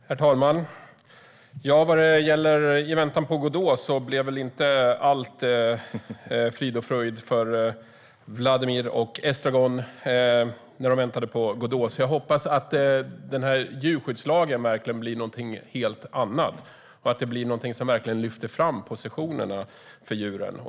Herr talman! Vad gäller I väntan på Godot blev väl inte allt frid och fröjd för Vladimir och Estragon när de väntade. Jag hoppas att den här djurskyddslagen verkligen blir någonting helt annat och någonting som lyfter fram positionen för djuren.